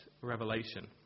revelation